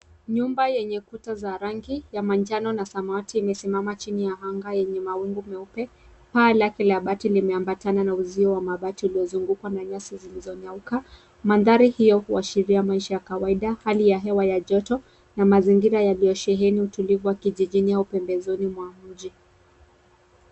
Nyumba yenye kuta za rangi ya manjano na samawati imesimama chini yenye anga yenye mawingu meupe. Paa lake la bati limeambatana na uzio wa mabati uliozungukwa na nyasi zilizonyauka. Mandhari hio huashiria maisha ya kawaida, hali ya hewa ya joto na mazingira yaliyosheheni utulivu wa kijijini au pembezoni mwa mji.